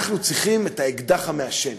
אנחנו צריכים את האקדח המעשן,